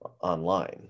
Online